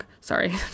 Sorry